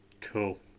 Cool